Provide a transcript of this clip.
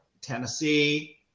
Tennessee